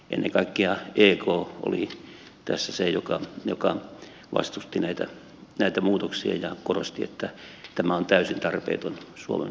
ennen kaikkea ek oli tässä se joka vastusti näitä muutoksia ja korosti että tämä on täysin tarpeeton suomen kannalta